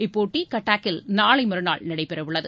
இப்போட்டி கட்டாக்கில் நாளை மறுநாள் நடைபெறவுள்ளது